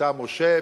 "מבצע משה",